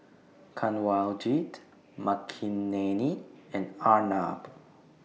Kanwaljit Makineni and Arnab